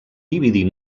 dividir